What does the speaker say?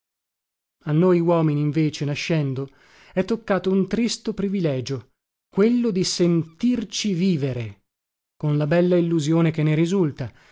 a noi uomini invece nascendo è toccato un tristo privilegio quello di sentirci vivere con la bella illusione che ne risulta